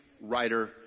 writer